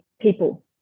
people